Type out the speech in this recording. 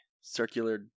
Circular